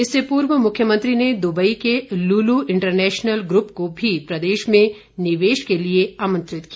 इससे पूर्व मुख्यमंत्री ने दुबई के लुलु इन्टरनेशनल ग्रुप को भी प्रदेश में निवेश के लिए आमंत्रित किया